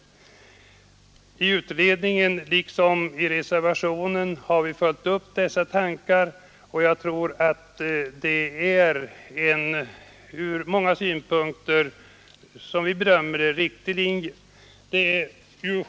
I utredningen liksom i reservationen har vi följt upp dessa tankar. Som vi bedömer det är detta ur många synpunkter en riktig linje.